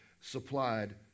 supplied